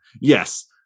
Yes